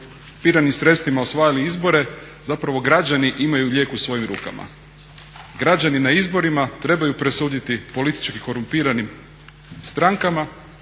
korumpiranim sredstvima osvajali izbore, zapravo građani imaju lijek u svojim rukama. Građani na izborima trebaju presuditi političkim korumpiranim strankama